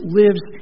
lives